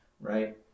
right